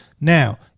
Now